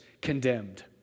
condemned